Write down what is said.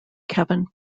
kevin